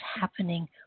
happening